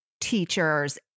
teachers